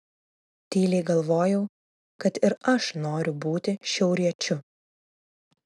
tyliai galvojau kad ir aš noriu būti šiauriečiu